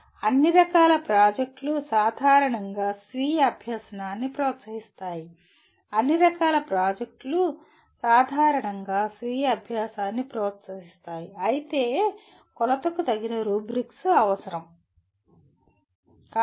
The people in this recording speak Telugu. అన్ని రకాల ప్రాజెక్టులు సాధారణంగా స్వీయ అభ్యాసాన్ని ప్రోత్సహిస్తాయి అన్ని రకాల ప్రాజెక్టులు సాధారణంగా స్వీయ అభ్యాసాన్ని ప్రోత్సహిస్తాయి అయితే కొలతకు తగిన రుబ్రిక్స్ అవసరం